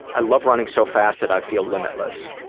i love running so fast that i feel limitless.